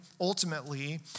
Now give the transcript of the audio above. ultimately